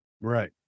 Right